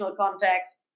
context